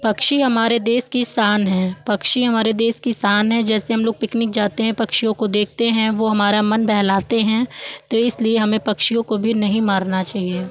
पक्षी हमारे देश की शान हैं पक्षी हमारे देश की शान हैं जैसे हमलोग पिकनिक जाते हैं पक्षियों को देखते हैं वह हमारा मन बहलाते हैं तो इसलिए हमें पक्षियों को भी नहीं मारना चाहिए